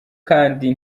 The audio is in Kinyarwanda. kandi